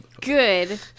good